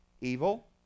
Evil